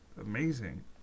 amazing